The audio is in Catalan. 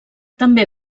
també